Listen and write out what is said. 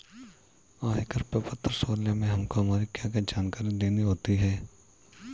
आयकर प्रपत्र सोलह में हमको हमारी क्या क्या जानकारी देनी होती है?